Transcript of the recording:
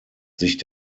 sich